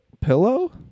Pillow